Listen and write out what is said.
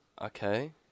Okay